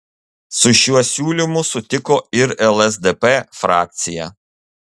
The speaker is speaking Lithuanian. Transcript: su šiuo siūlymu sutiko ir lsdp frakcija